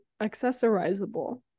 accessorizable